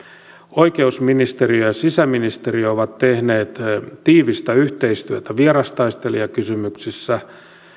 oikeusministeriö ja ja sisäministeriö ovat tehneet tiivistä yhteistyötä vierastaistelijakysymyksissä